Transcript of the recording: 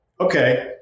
okay